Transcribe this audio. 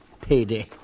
Payday